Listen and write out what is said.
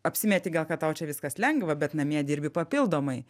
apsimeti gal kad tau čia viskas lengva bet namie dirbi papildomai